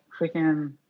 freaking